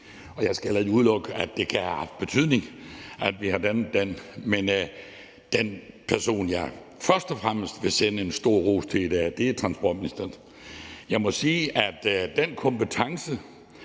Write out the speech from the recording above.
jeg skal heller ikke udelukke, at det kan have haft betydning, at man har dannet den, men den person, jeg først og fremmest vil sende en stor ros til i dag, er transportministeren. Jeg må sige, at den kompetence